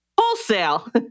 Wholesale